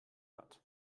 hat